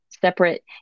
separate